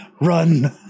run